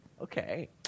Okay